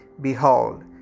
Behold